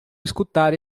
escutar